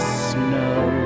snow